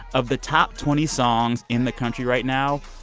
of the top twenty songs in the country right now,